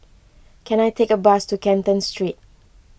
can I take a bus to Canton Street